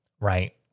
right